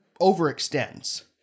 overextends